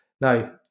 Now